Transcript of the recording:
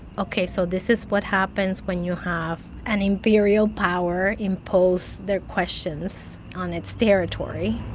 ok, so this is what happens when you have an imperial power impose their questions on its territory